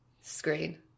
screen